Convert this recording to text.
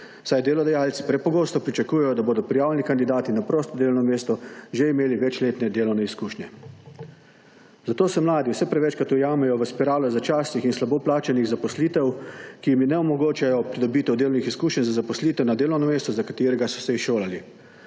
saj delodajalci prepogosto pričakujejo, da bodo prijavljeni kandidati na prosto delovno mesto že imeli večletne delovne izkušnje. Zato se mladi vse prevečkrat ujamejo v spiralo začasnih in slabo plačanih zaposlitev, ki jim ne omogočajo pridobitev delovnih izkušenj za zaposlitev na delovno mesto, za katerega so se izšolali,